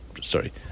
Sorry